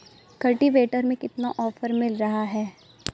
Cultivator में कितना offer मिल रहा है?